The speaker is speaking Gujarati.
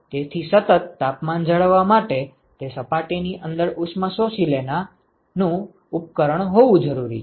તેથી સતત તાપમાન જાળવવા માટે તે સપાટીની અંદર ઉષ્મા શોષી લેના નું ઉપકરણ હોવી જરૂરી છે